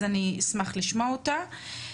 אז אני אשמח לשמוע אותה,